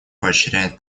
поощряет